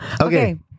Okay